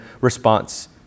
response